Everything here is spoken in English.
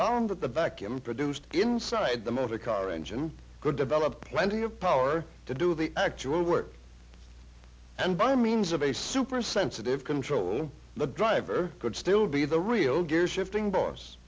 found that the vacuum produced inside the motor car engine could develop plenty of power to do the actual work and by means of a super sensitive control the driver could still be the real gear shifting boss